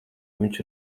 viņš